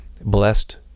blessed